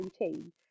routine